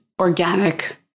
organic